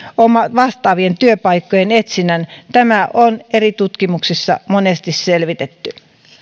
vastaavien työpaikkojen etsinnän tämä on eri tutkimuksissa monesti selvitetty